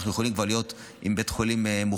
אנחנו יכולים כבר להיות עם בית חולים מוכן,